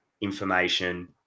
information